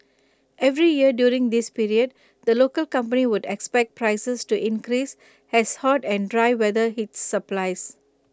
every year during this period the local company would expect prices to increase as hot and dry weather hits supplies